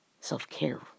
self-care